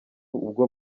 ubwo